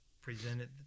presented